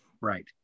Right